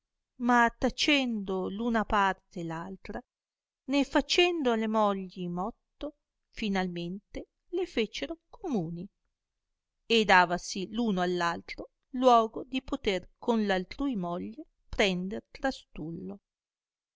ma tacendo luna parte e l'altra né facendo alle mogli motto finalmente le fecero communi e davasi l'uno all'altro luogo di poter con l'altrui moglie prender trastullo